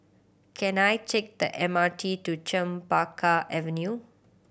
can I take the M R T to Chempaka Avenue